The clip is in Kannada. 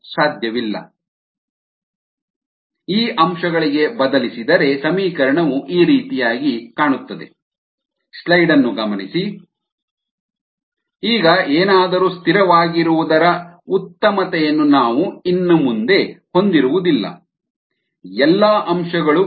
ಆದ್ದರಿಂದ rirgddt ಈ ಅಂಶಗಳಿಗೆ ಬದಲಿಸಿದರೆ FitxitrxVdxVdt FitxitrxVxdVdtVdxdt ಈಗ ಏನಾದರೂ ಸ್ಥಿರವಾಗಿರುವುದರ ಉತ್ತಮತೆಯನ್ನು ನಾವು ಇನ್ನು ಮುಂದೆ ಹೊಂದಿರುವುದಿಲ್ಲ ಎಲ್ಲಾ ಅಂಶಗಳು ಇವೆ